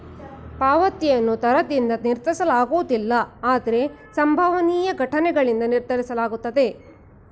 ಪಾವತಿಯನ್ನು ದರದಿಂದ ನಿರ್ಧರಿಸಲಾಗುವುದಿಲ್ಲ ಆದ್ರೆ ಸಂಭವನೀಯ ಘಟನ್ಗಳಿಂದ ನಿರ್ಧರಿಸಲಾಗುತ್ತೆ